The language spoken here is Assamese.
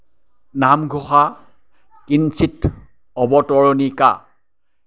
নামঘোষা কিঞ্চিত অৱতৰনিকা